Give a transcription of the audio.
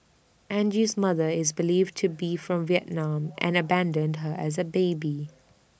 Angie's mother is believed to be from Vietnam and abandoned her as A baby